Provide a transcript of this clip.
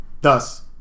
thus